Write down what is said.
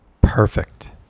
perfect